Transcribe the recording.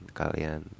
kalian